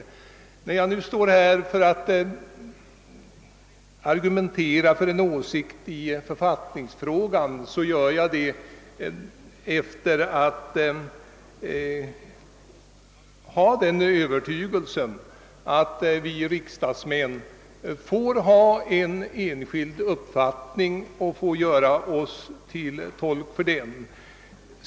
När jag nu står här för att argumentera för en åsikt i författningsfrågan gör jag det i den övertygelsen att vi riksdagsmän får ha en enskild uppfattning och får göra oss till tolk för den.